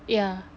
yeah